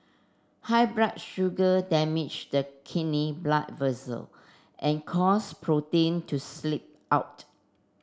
high blood sugar damage the kidney blood vessel and cause protein to sleep out